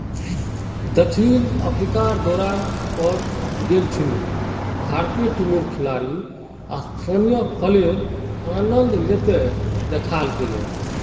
दक्षिण अफ्रीकार दौरार पर गेल छिले भारतीय टीमेर खिलाड़ी स्थानीय फलेर आनंद ले त दखाल गेले